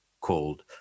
called